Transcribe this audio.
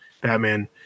Batman